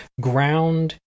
ground